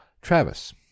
Travis